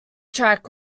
track